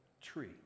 tree